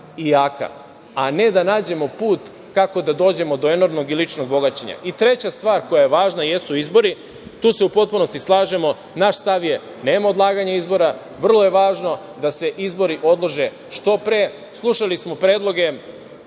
i jaka, a ne da nađemo put kako da dođemo do enormnog i ličnog bogaćenja. Treća stvar koja je važna jesu izbori. Tu se u potpunosti slažemo. Naš stav je - nema odlaganja izbora. Vrlo je važno da se izbori održe što pre. Slušali smo predloge